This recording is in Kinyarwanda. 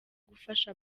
gufasha